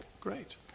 Great